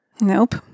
Nope